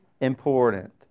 important